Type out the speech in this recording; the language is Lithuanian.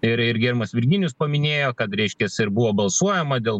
ir irgi virginijus paminėjo kad reiškias ir buvo balsuojama dėl